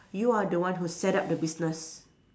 you are the one who set up the business